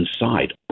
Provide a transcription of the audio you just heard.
inside